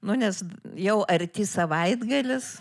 nu nes jau arti savaitgalis